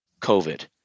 COVID